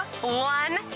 One